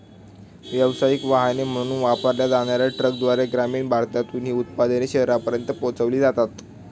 व्यावसायिक वाहने म्हणून वापरल्या जाणार्या ट्रकद्वारे ग्रामीण भागातून ही उत्पादने शहरांपर्यंत पोहोचविली जातात